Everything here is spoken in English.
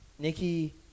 Nikki